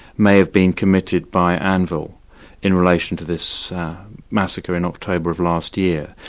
may have been committed by anvil in relation to this massacre in october of last year.